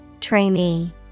Trainee